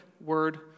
word